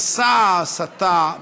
מסע ההסתה,